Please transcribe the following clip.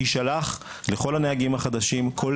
יישלח לכל הנהגים החדשים,